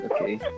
okay